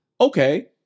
okay